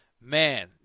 man